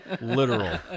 literal